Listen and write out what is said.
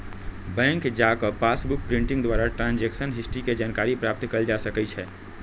bank जा कऽ passbook printing द्वारा ट्रांजैक्शन हिस्ट्री के जानकारी प्राप्त कएल जा सकइ छै